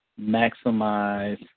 maximize